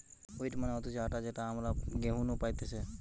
wheat মানে হতিছে আটা যেটা আমরা গেহু নু পাইতেছে